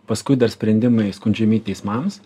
paskui dar sprendimai skundžiami teismams